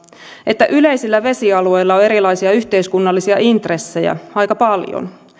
että yleisillä vesialueilla on erilaisia yhteiskunnallisia intressejä aika paljon